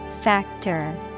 Factor